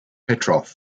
petrov